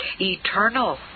eternal